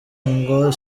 ngo